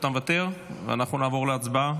אתה מוותר ואנחנו נעבור להצבעה?